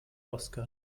oskar